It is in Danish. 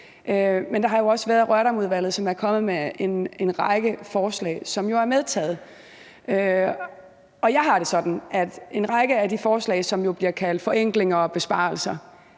ser. Der har også været Rørdamudvalget, som er kommet med en række forslag, som jo er medtaget, og jeg har det sådan, at en række af de forslag, som bliver kaldt forenklinger og besparelser,